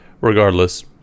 regardless